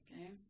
Okay